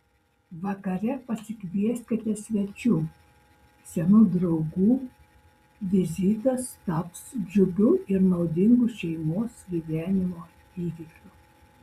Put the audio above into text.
vakare pasikvieskite svečių senų draugų vizitas taps džiugiu ir naudingu šeimos gyvenimo įvykiu